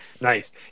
Nice